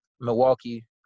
Milwaukee